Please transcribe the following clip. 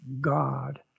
God